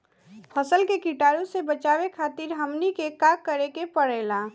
फसल के कीटाणु से बचावे खातिर हमनी के का करे के पड़ेला?